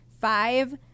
five